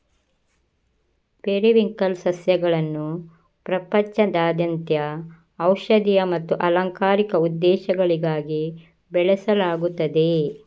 periwinkle ಸಸ್ಯಗಳನ್ನು ಪ್ರಪಂಚದಾದ್ಯಂತ ಔಷಧೀಯ ಮತ್ತು ಅಲಂಕಾರಿಕ ಉದ್ದೇಶಗಳಿಗಾಗಿ ಬೆಳೆಸಲಾಗುತ್ತದೆ